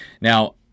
Now